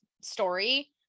story